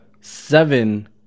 seven